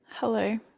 hello